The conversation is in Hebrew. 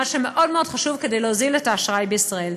מה שמאוד מאוד חשוב כדי להוזיל את האשראי בישראל.